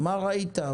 מה ראית?